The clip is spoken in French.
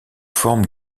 forme